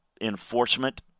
enforcement